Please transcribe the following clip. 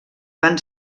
van